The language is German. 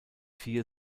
vier